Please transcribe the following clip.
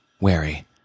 wary